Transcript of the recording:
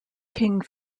king